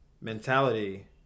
mentality